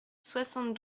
soixante